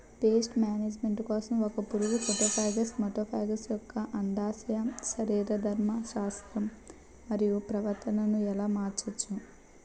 Paste management కోసం ఒక పురుగు ఫైటోఫాగస్హె మటోఫాగస్ యెక్క అండాశయ శరీరధర్మ శాస్త్రం మరియు ప్రవర్తనను ఎలా మార్చచ్చు?